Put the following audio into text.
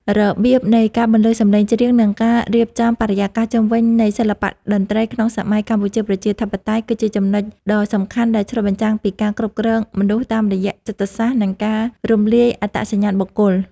របៀបនៃការបន្លឺសំឡេងច្រៀង និងការរៀបចំបរិយាកាសជុំវិញនៃសិល្បៈតន្ត្រីក្នុងសម័យកម្ពុជាប្រជាធិបតេយ្យ គឺជាចំណុចដ៏សំខាន់ដែលឆ្លុះបញ្ចាំងពីការគ្រប់គ្រងមនុស្សតាមរយៈចិត្តសាស្ត្រ និងការរំលាយអត្តសញ្ញាណបុគ្គល។